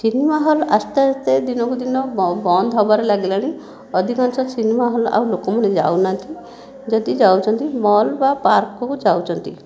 cinema hall ଆସ୍ତେ ଆସ୍ତେ ଦିନକୁ ଦିନ ବନ୍ଦ ହେବାରେ ଲାଗିଲାଣି ଅଧିକାଂଶ ସିନେମା ହଲ୍ ଆଉ ଲୋକମାନେ ଯାଉନାହାନ୍ତି ଯଦି ଯାଉଛନ୍ତି ମଲ୍ ବା ପାର୍କକୁ ଯାଉଛନ୍ତି